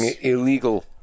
illegal